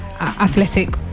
athletic